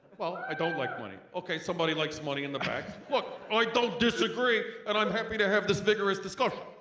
well, i don't like money. okay, somebody likes money in the back. look, i don't disagree and i'm happy to have this vigorous discussion.